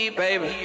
baby